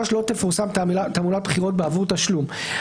(3) לא תפורסם תעמולת בחירות בעבור תשלום.